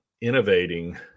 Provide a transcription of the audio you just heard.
innovating